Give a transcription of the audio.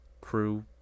crew